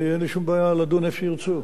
אין לי שום בעיה לדון איפה שירצו.